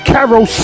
Carol